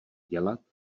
dělat